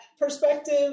perspective